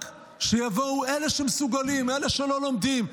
רק שיבואו אלה שמסוגלים, אלה שלא לומדים.